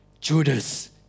Judas